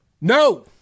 No